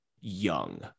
young